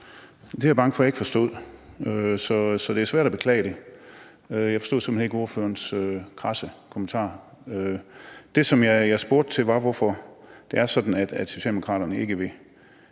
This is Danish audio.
Det er jeg bange for at jeg ikke forstod, og så er det svært at beklage det. Jeg forstod simpelt hen ikke ordførerens krasse kommentar. Det, som jeg spurgte til, var, hvorfor det er sådan, at Socialdemokraterne ikke vil